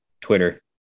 Twitter